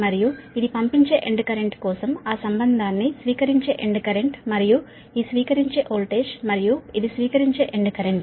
మరియు ఇది రవాణాచేయు ఎండ్ కరెంట్ కోసం ఆ సంబంధాన్ని స్వీకరించే ఎండ్ కరెంట్ మరియు ఈ స్వీకరించే వోల్టేజ్ మరియు ఇది స్వీకరించే ఎండ్ కరెంట్